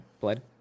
blood